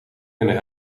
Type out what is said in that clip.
kunnen